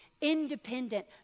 independent